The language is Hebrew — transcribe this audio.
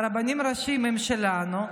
הרבנים הראשיים הם שלנו,